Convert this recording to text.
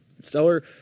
seller